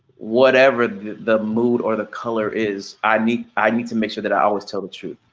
whatever the the mood or the color is. i need i need to make sure that i always tell the truth.